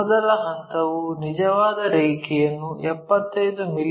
ಮೊದಲ ಹಂತವು ನಿಜವಾದ ರೇಖೆಯನ್ನು 75 ಮಿ